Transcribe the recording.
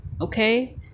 okay